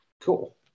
Cool